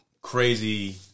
crazy